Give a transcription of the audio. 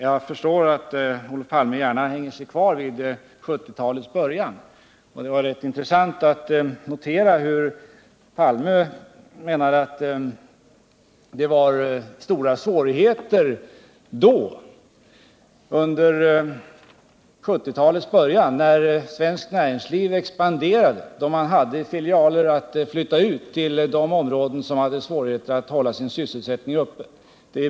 Jag förstår att Olof Palme gärna hänger sig kvar vid 1970-talets början. Det var intressant att notera att han menade att det då var stora svårigheter, trots att svenskt näringsliv expanderade, och man hade filialer att flytta ut till de områden som hade svårigheter att hålla sin sysselsättning uppe.